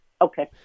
Okay